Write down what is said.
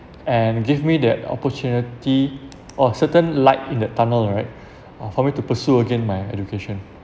and give me that opportunity oh certain light in the tunnel right uh for me to pursue again my education